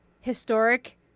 historic